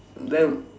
then